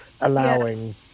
allowing